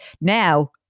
Now